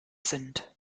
sind